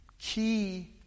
key